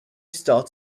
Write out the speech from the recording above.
start